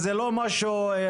אז זה לא משהו אחד.